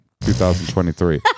2023